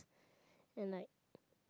and like